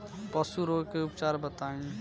पशु रोग के उपचार बताई?